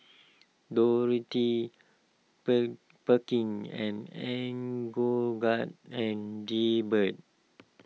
Dorothy per Perkins and and give bird